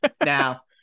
Now